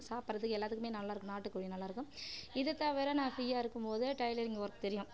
சாப்பிடுறதுக்கு எல்லாத்துக்குமே நல்லாயிருக்கும் நாட்டுக் கோழி நல்லாயிருக்கும் இது தவிர நான் ஃபீரியாயிருக்கும் போதே டெயிலரிங் ஒர்க் தெரியும்